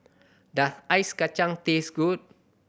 does Ice Kachang taste good